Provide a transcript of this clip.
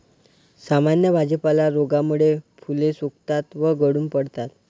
सामान्य भाजीपाला रोगामुळे फुले सुकतात व गळून पडतात